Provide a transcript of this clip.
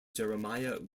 jeremiah